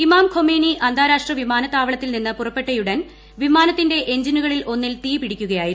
ഇമാം ഖൊമേനി അന്താരാഷ്ട്ര വിമാനത്താവളത്തിൽ നിന്ന് പുറപ്പെട്ടയുടൻ വിമാനത്തിന്റെ എഞ്ചിനുകളിൽ ഒന്നിൽ തീ പിടിക്കുകയായിരുന്നു